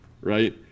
Right